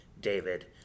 David